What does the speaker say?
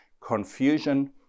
confusion